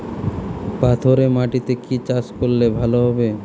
পাথরে মাটিতে কি চাষ করলে ভালো হবে?